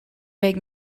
week